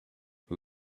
who